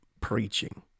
preaching